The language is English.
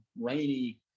rainy